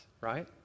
right